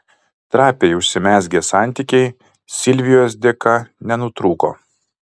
trapiai užsimezgę santykiai silvijos dėka nenutrūko